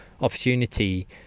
opportunity